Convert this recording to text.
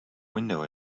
window